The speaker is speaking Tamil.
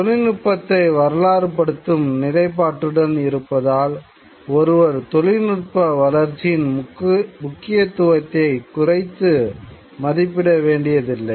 தொழில்நுட்பத்தை வரலாற்றுப்படுத்தும் நிலைப்பாட்டுடன் இருப்பதால் ஒருவர் தொழில்நுட்ப வளர்ச்சியின் முக்கியத்துவத்தை குறைத்து மதிப்பிட வேண்டியதில்லை